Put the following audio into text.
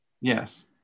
Yes